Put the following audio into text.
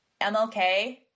MLK